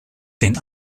den